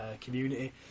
community